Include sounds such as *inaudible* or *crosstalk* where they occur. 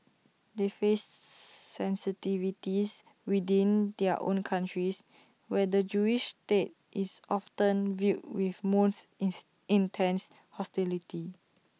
they face *noise* sensitivities within their own countries where the Jewish state is often viewed with moose its intense hostility